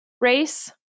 race